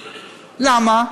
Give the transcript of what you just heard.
למה?